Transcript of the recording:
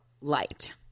light –